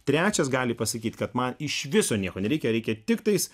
trečias gali pasakyt kad man iš viso nieko nereikia reikia tiktais